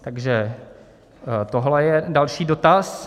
Takže tohle je další dotaz.